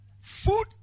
food